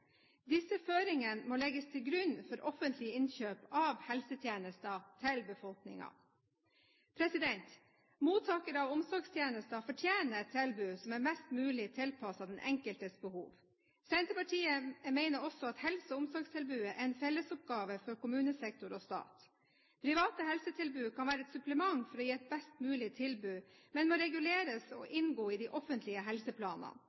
Disse føringene må legges til grunn for offentlige innkjøp av helsetjenester til befolkningen. Mottakere av omsorgstjenester fortjener et tilbud som er mest mulig tilpasset den enkeltes behov. Senterpartiet mener også at helse- og omsorgstilbudet er en fellesoppgave for kommunesektor og stat. Private helsetilbud kan være et supplement for å gi et best mulig tilbud, men må reguleres og inngå i de offentlige helseplanene.